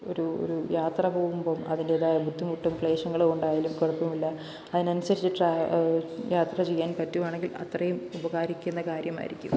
ഒരു ഒരു ഒരു യാത്ര പോവുമ്പോള് അതിൻ്റെതായ ബുദ്ധിമുട്ടും ക്ലേശങ്ങളും ഉണ്ടായാലും കുഴപ്പമില്ല അതിനനുസരിച്ച് ട്ര യാത്ര ചെയ്യാൻ പറ്റുകയാണെങ്കില് അത്രയും ഉപകാരിക്കുന്ന കാര്യമായിരിക്കും